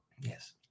Yes